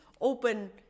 open